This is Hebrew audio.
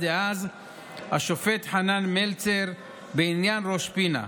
דאז השופט חנן מלצר בעניין ראש פינה: